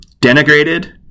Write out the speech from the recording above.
denigrated